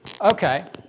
Okay